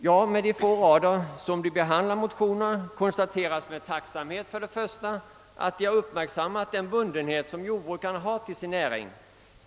Jag noterar med tacksamhet att utskottet på de få rader där motionerna behandlas har uppmärksammat den bundenhet som jordbrukarna har till sin näring.